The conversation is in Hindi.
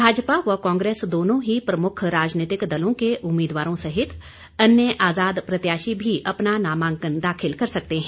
भाजपा व कांग्रेस दोनों ही प्रमुख राजनीतिक दलों के उम्मीदवारों सहित अन्य आजाद प्रत्याशी भी अपना नामांकन दाखिल कर सकते हैं